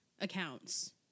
accounts